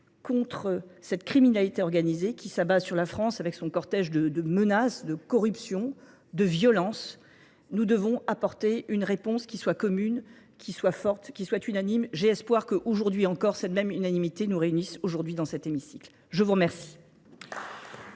contre cette criminalité organisée qui s'abat sur la France avec son cortège de menaces, de corruption, de violence. Nous devons apporter une réponse qui soit commune, qui soit forte, qui soit unanime. J'espère que aujourd'hui encore cette même unanimité nous réunisse aujourd'hui dans cet hémicycle. Je vous remercie.